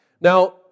Now